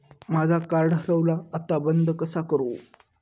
माझा कार्ड हरवला आता बंद कसा करू?